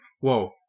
Whoa